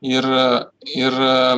ir ir